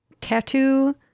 Tattoo